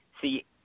See